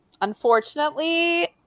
unfortunately